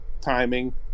timing